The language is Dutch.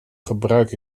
gebruik